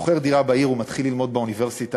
שוכר דירה בעיר ומתחיל ללמוד באוניברסיטה,